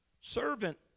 servant